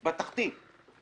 בתחתית.